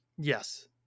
Yes